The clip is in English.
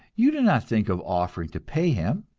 you do not think of offering to pay him.